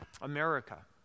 America